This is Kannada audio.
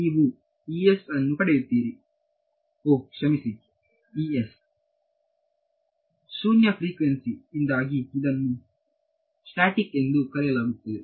ನೀವು es ಅನ್ನು ಪಡೆಯುತ್ತೀರಿ ಓಹ್ ಕ್ಷಮಿಸಿ ಶೂನ್ಯ ಫ್ರಿಕ್ವೆನ್ಸಿ ಇಂದಾಗಿ ಇದನ್ನು ಸ್ಟ್ಯಾಟಿಕ್ ಎಂದು ಕರೆಯಲಾಗುತ್ತದೆ